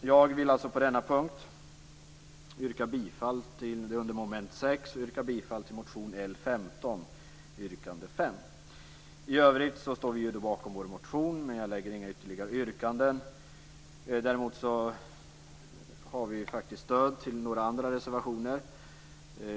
Jag vill alltså på denna punkt under mom. 6 yrka bifall till motion L15 yrkande 5. I övrigt står vi bakom vår motion, men jag lägger inga ytterligare yrkanden. Däremot har vi faktiskt stöd till några andra reservationer.